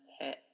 hit